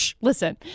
Listen